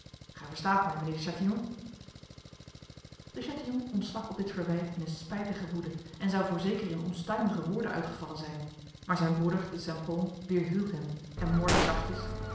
mij mijnheer de chatillon de chatillon ontstak op dit verwijt in een spijtige woede en zou voorzeker in onstuimige woorden uitgevallen zijn maar zijn broeder de st pol weerhield hem en morde zachtjes